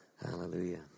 Hallelujah